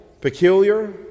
peculiar